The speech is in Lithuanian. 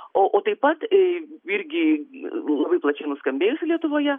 o o taip pat irgi labai plačiai nuskambėjusi lietuvoje